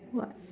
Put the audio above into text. what